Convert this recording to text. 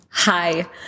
Hi